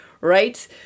right